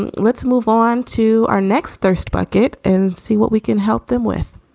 and let's move on to our next thirst bucket and see what we can help them with